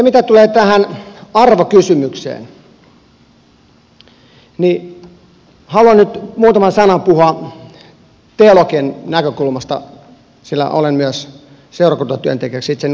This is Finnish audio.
mitä tulee tähän arvokysymykseen haluan nyt muutaman sanan puhua teologien näkökulmasta sillä olen myös seurakuntatyöntekijäksi itseni lukenut joskus